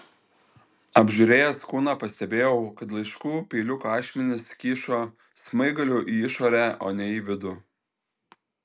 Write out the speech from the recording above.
apžiūrėjęs kūną pastebėjau kad laiškų peiliuko ašmenys kyšo smaigaliu į išorę o ne į vidų